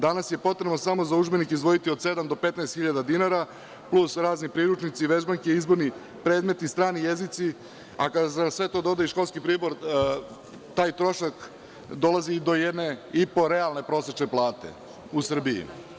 Danas je potrebno samo za udžbenike izdvojiti od sedam do 15 hiljada dinara, plus razni priručnici, vežbanke, izborni predmeti, strani jezici, a kada se na sve to doda i školski pribor, taj trošak dolazi i do jedne i po realne prosečne plate u Srbiji.